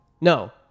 No